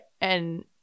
And-